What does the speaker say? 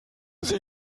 sie